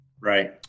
right